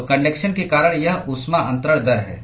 तो कन्डक्शन के कारण यह ऊष्मा अन्तरण दर है